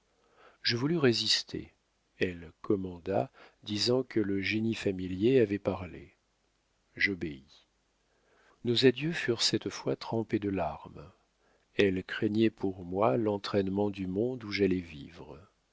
je voulus résister elle commanda disant que le génie familier avait parlé j'obéis nos adieux furent cette fois trempés de larmes elle craignait pour moi l'entraînement du monde où j'allais vivre